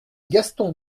gaston